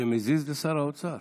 זה מזיז לשר האוצר.